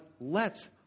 lets